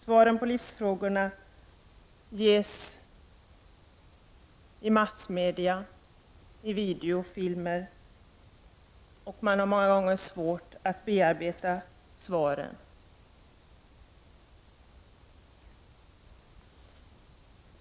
Svaren på livsfrågorna ges i massmedia och i videofilmer, och det är många gånger svårt att bearbeta svaren.